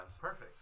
Perfect